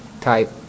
type